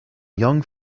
young